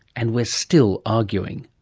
and we're still arguing.